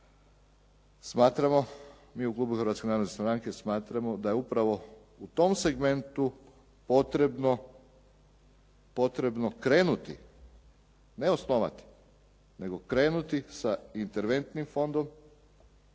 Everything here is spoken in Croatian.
smatramo mi u klubu Hrvatske narodne stranke da je upravo u tom segmentu potrebno krenuti, ne osnovati, nego krenuti sa interventnim fondom